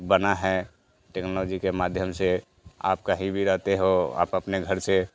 बना है टेक्नोलॉजी के माध्यम से आप कहीं भी रहते हो आप अपने घर से